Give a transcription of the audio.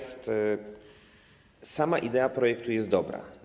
Sama idea projektu jest dobra.